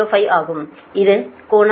05 ஆகும் இது கோணம்